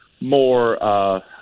more